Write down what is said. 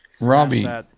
Robbie